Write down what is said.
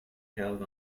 held